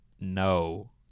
no